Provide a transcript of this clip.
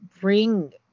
bring